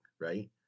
right